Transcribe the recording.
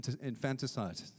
infanticide